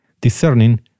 discerning